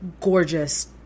gorgeous